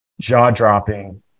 jaw-dropping